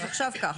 אז עכשיו כך.